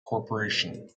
corporation